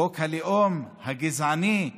חוק הלאום הגזעני,